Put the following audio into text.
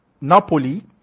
Napoli